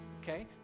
Okay